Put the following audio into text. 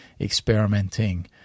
experimenting